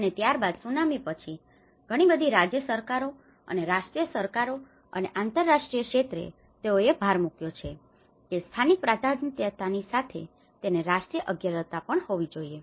અને ત્યારબાદ ત્સુનામી પછી ઘણી બધી રાજ્યસરકારો અને રાષ્ટ્રીય સરકારો અને આંતરરાષ્ટ્રીય ક્ષેત્રે તેઓએ ભાર મૂક્યો છે કે સ્થાનિક પ્રાધાન્યતાની સાથે તેને રાષ્ટ્રીય અગ્રતા પણ હોવી જોઈએ